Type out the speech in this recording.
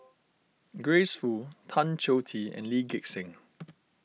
Grace Fu Tan Choh Tee and Lee Gek Seng